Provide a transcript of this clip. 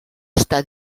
està